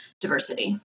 diversity